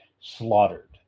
slaughtered